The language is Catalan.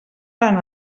van